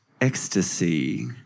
ecstasy